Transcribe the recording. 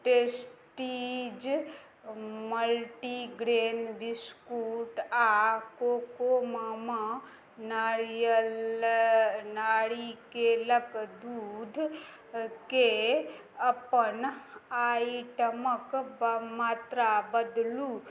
testes multigrain biscuit आओर Cocomama नारियल नारिकेलक दूधके अपन आइटमक मात्रा बदलू